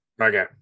Okay